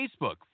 facebook